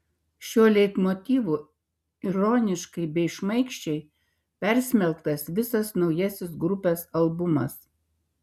šiuo leitmotyvu ironiškai bei šmaikščiai persmelktas visas naujasis grupės albumas